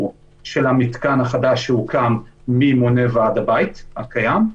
של המתקן החדש שהוקם ממונה ועד הבית הקיים,